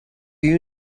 you